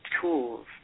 tools